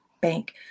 bank